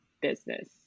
business